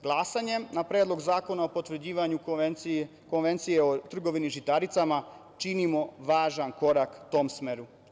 Glasanjem za Predlog zakona o potvrđivanju Konvencije o trgovini žitaricama činimo važan korak u tom smeru.